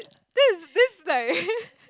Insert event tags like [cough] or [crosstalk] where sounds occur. this this like [laughs]